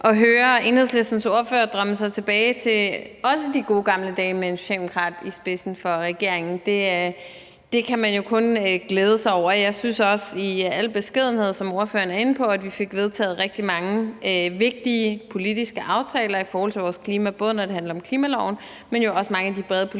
at høre Enhedslistens ordfører drømme sig tilbage til de gode gamle dage med en socialdemokrat i spidsen for regeringen. Det kan man jo kun glæde sig over, og jeg synes også i al beskedenhed, at vi, som ordføreren er inde på, fik vedtaget rigtig mange vigtige politiske aftaler i forhold til klimaet, både når det handler om klimaloven, men jo også mange af de brede politiske